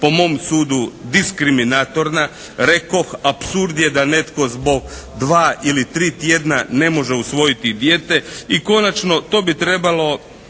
po mom sudu diskriminatorna, rekoh apsurd je da netko zbog dva ili tri tjedna ne može usvojiti dijete i konačno to bi trebalo,